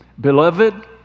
Beloved